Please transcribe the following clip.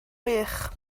wych